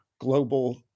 global